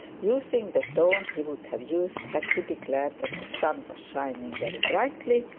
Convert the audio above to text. using the tone he would have used had he declared that the sun was shining very brightly,